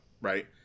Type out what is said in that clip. right